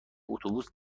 اتوبوس